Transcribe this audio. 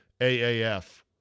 AAF